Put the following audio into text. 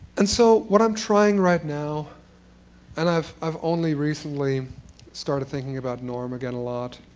and so what i'm trying right now and i've i've only recently started thinking about norm again a lot,